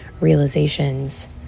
realizations